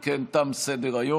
אם כן, תם סדר-היום.